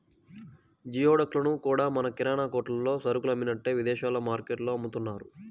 geoduck లను కూడా మన కిరాణా కొట్టుల్లో సరుకులు అమ్మినట్టే విదేశాల్లో మార్టుల్లో అమ్ముతున్నారు